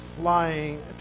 flying